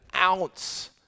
ounce